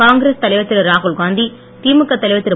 காங்கிரஸ் தலைவர் திரு ராகுல்காந்தி திமுக தலைவர் திரு